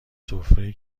سفره